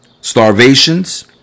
starvations